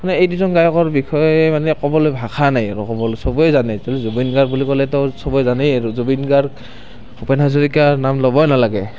মানে এই দুজন গায়কৰ বিষয়ে ক'বলৈ মানে ভাষা নাই ক'বলৈ মানে সবেই জানে যে জুবিন গাৰ্গ বুলি ক'লেটো সবেই জানেই আৰু জুবিন গাৰ্গ ভূপেন হাজৰিকাৰ নাম ল'বই নালাগে